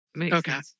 Okay